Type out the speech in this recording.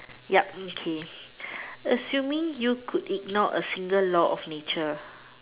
ya okay assuming you could ignore a single law of nature